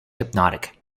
hypnotic